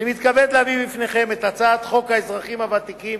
אני מתכבד להביא בפניכם את הצעת חוק האזרחים הוותיקים